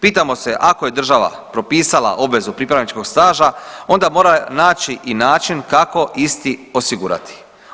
Pitamo se ako je država propisala obvezu pripravničkog staža onda mora naći i način kako isti osigurati.